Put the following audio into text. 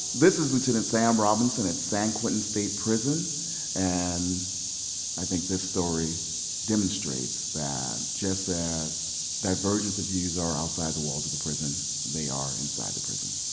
this is lieutenant sam robinson at san quentin state prison and i think this story demonstrates that just as divergent the views are outside the walls of the prison they are inside the prison.